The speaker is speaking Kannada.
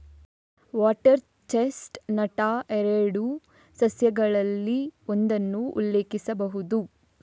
ವಾಟರ್ ಚೆಸ್ಟ್ ನಟ್ ಎರಡು ಸಸ್ಯಗಳಲ್ಲಿ ಒಂದನ್ನು ಉಲ್ಲೇಖಿಸಬಹುದು